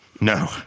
No